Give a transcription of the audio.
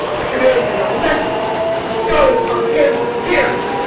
i command you don't let go of his tears